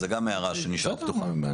זו גם הערה שנשארה פתוחה.